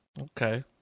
Okay